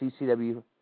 CCW